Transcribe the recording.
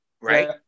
right